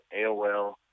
AOL